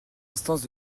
instance